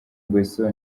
nguesso